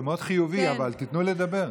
זה מאוד חיובי, אבל תיתנו לדבר.